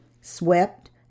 swept